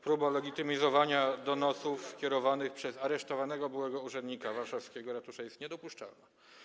Próba legitymizowania donosów kierowanych przez aresztowanego byłego urzędnika warszawskiego ratusza jest niedopuszczalna.